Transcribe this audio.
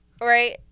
right